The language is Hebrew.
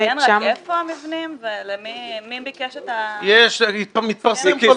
את יכולה לציין רק איפה המבנים ומי ביקש את --- יש מספר סעיפים.